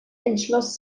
entschloss